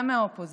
גם מהאופוזיציה,